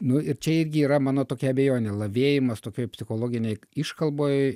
nu ir čia irgi yra mano tokia abejonė lavėjimas tokioj psichologinėj iškalboj